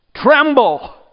Tremble